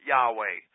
Yahweh